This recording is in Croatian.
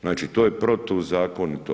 Znači to je protuzakonito.